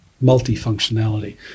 multi-functionality